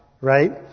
Right